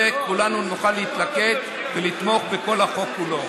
כולנו נוכל להתלכד ולתמוך בכל החוק כולו.